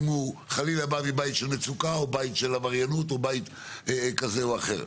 אם הוא חלילה בא מבית של מצוקה או בית של עבריינות או בית כזה או אחר.